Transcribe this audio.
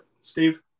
Steve